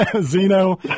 Zeno